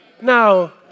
Now